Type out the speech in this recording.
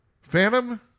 Phantom